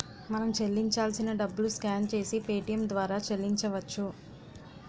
మనం చెల్లించాల్సిన డబ్బులు స్కాన్ చేసి పేటియం ద్వారా చెల్లించవచ్చు